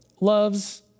loves